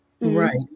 Right